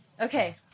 Okay